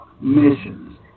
missions